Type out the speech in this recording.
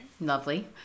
lovely